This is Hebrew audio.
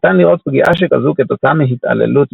ניתן לראות פגיעה שכזו כתוצאה מהתעללות